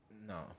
No